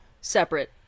separate